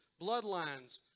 bloodlines